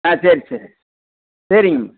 ஆ சரி சரி சரிங்க